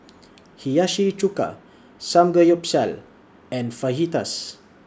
Hiyashi Chuka Samgeyopsal and Fajitas